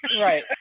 right